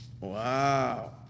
Wow